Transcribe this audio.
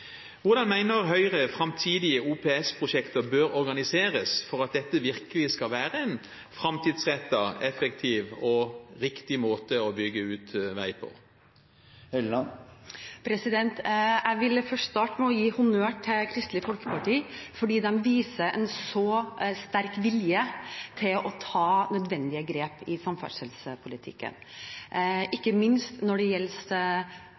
Hvordan mener Høyre framtidige OPS-prosjekter bør organiseres for at dette virkelig skal være en framtidsrettet, effektiv og riktig måte å bygge ut vei på? Jeg vil starte med å gi honnør til Kristelig Folkeparti fordi de viser en så sterk vilje til å ta nødvendige grep i samferdselspolitikken, ikke minst når det